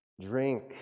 drink